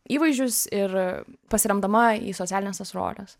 įvaizdžius ir pasiremdama į socialines tas roles